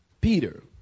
Peter